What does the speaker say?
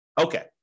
Okay